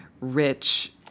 rich